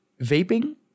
vaping